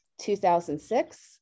2006